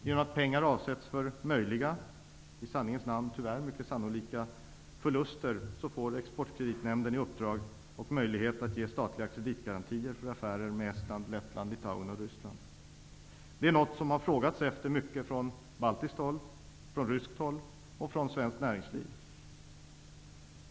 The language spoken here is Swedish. Genom att pengar avsätts för möjliga -- i sanningens namn tyvärr mycket sannolika -- förluster får Exportkreditnämnden i uppdrag, och möjlighet, att ge statliga kreditgarantier för affärer med Estland, Lettland, Litauen och Ryssland. Detta är något som det frågats efter mycket från baltiskt håll, från ryskt håll och från svenskt näringsliv.